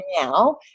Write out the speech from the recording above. now